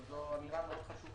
אבל זאת אמירה מאוד חשובה,